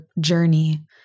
journey